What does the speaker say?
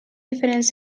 diferents